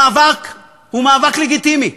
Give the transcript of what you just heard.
המאבק הוא מאבק לגיטימי,